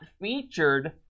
featured